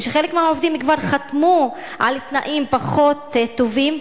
וחלק מהעובדים כבר חתמו על תנאים פחות טובים,